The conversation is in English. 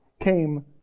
came